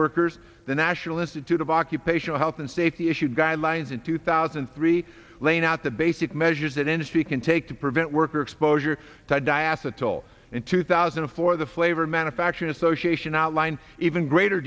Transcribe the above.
workers the national institute of occupational health and safety issue guidelines in two thousand and three laying out the basic measures that industry can take to prevent worker exposure to die as a toll in two thousand and four the flavor manufacturing association outline even greater